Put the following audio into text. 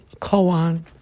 koan